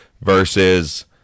versus